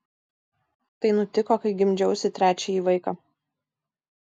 tai nutiko kai gimdžiausi trečiąjį vaiką